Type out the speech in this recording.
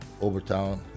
Overtown